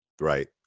Right